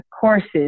courses